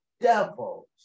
devils